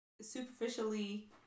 Superficially